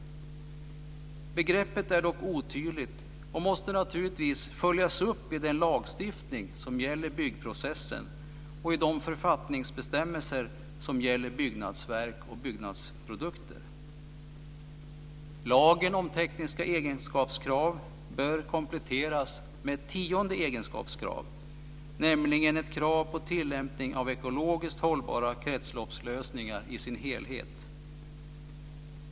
Begreppet är dock otydligt och måste naturligtvis följas upp i den lagstiftning som gäller byggprocessen och i de författningsbestämmelser som gäller byggnadsverk och byggnadsprodukter. Lagen om tekniska egenskapskrav bör kompletteras med ett tionde egenskapskrav, nämligen ett krav på tillämpning av ekologiskt hållbara kretsloppslösningar i sin helhet.